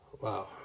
Wow